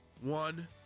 one